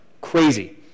Crazy